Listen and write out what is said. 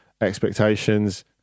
expectations